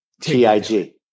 T-I-G